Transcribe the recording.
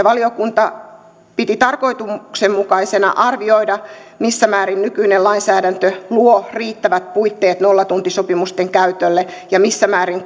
valiokunta piti tarkoituksenmukaisena arvioida missä määrin nykyinen lainsäädäntö luo riittävät puitteet nollatuntisopimusten käytölle ja missä määrin